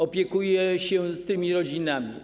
Opiekuję się tymi rodzinami.